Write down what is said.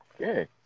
Okay